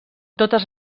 totes